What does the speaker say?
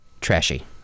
trashy